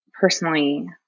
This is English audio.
personally